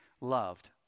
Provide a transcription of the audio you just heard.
loved